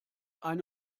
eine